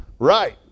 Right